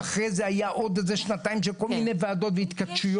ואחרי זה היו עוד שנתיים של כל מיני ועדות והתכתשויות,